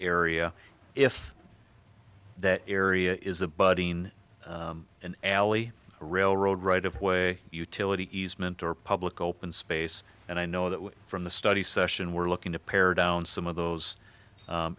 area if that area is a budding an alley railroad right of way utility easement or public open space and i know that from the study session we're looking to pare down some of those